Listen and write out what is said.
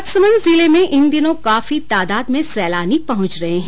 राजसमन्द जिले में इन दिनों काफी तादाद में सैलानी पहुंच रहे है